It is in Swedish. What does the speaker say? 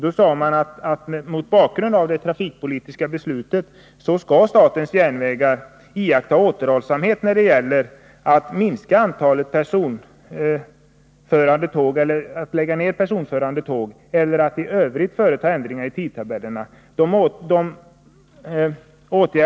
Då sade man att mot bakgrund av det trafikpolitiska beslutet skall statens järnvägar iaktta återhållsamhet när det gäller att lägga ned personförande tåg eller att i övrigt företa ändringar i tidtabellerna.